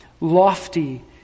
lofty